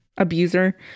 abuser